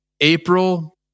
April